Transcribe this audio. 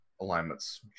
alignments